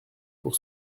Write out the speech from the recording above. pour